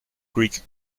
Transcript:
greek